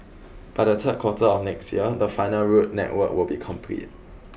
by the third quarter of next year the final road network will be complete